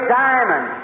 diamond